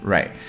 Right